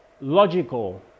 logical